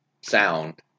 sound